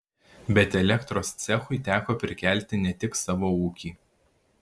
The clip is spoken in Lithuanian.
bet elektros cechui teko prikelti ne tik savo ūkį